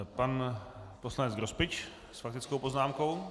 Pan poslanec Grospič s faktickou poznámkou.